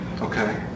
okay